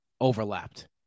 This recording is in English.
overlapped